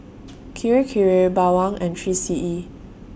Kirei Kirei Bawang and three C E